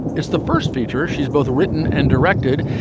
it's the first feature she's both written and directed.